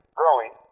growing